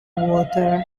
water